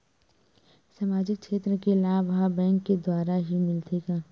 सामाजिक क्षेत्र के लाभ हा बैंक के द्वारा ही मिलथे का?